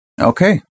Okay